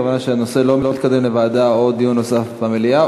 הכוונה שהנושא לא מתקדם לוועדה או לדיון נוסף במליאה,